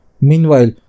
Meanwhile